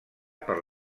per